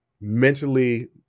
mentally